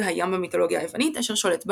אל הים במיתולוגיה היוונית אשר שולט במים.